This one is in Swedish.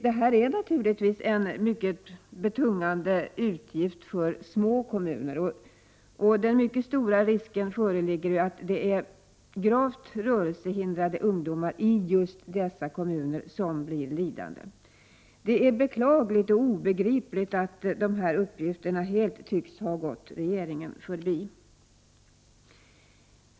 Det här är naturligtvis en mycket betungande utgift för små kommuner. Det föreligger en mycket stor risk för att det är gravt rörelsehindrade ungdomar i just dessa kommuner som blir lidande. Det är beklagligt och obegripligt att dessa uppgifter helt tycks ha gått regeringen förbi.